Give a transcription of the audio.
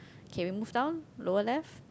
K we move down lower left